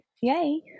Yay